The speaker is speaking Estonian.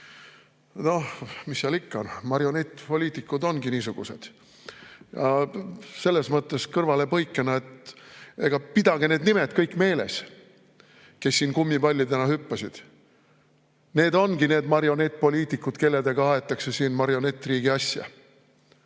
Noh, mis seal ikka, marionettpoliitikud ongi niisugused. Selles mõttes kõrvalepõikena: pidage kõikide nende nimed meeles, kes siin kummipallidena hüppasid. Need ongi need marionettpoliitikud, kellega aetakse siin marionettriigi asja.